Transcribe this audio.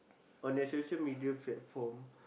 on the social-media platform